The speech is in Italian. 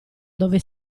dove